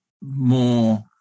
more